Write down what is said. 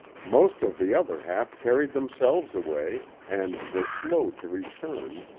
most of the other half carried themselves away and were slow to return,